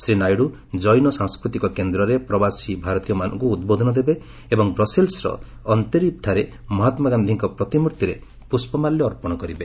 ଶ୍ରୀ ନାଇଡ଼ୁ ଜେନ ସାଂସ୍କୃତିକ କେନ୍ଦ୍ରରେ ପ୍ରବାସୀ ଭାରତୀୟମାନଙ୍କୁ ଉଦ୍ବୋଧନ ଦେବେ ଏବଂ ବ୍ରସ୍ଲେସ୍ର ଅନ୍ତ୍ୱେରିପ୍ଠାରେ ମହାତ୍କାଗାନ୍ଧିଙ୍କ ପ୍ରତିମ୍ଭର୍ତ୍ତିରେ ପୁଷ୍ପମାଲ୍ୟ ଅର୍ପଣ କରିବେ